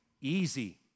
easy